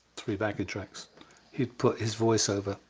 three backing tracks he had put his voice over.